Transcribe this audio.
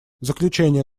заключение